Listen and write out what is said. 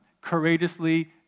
courageously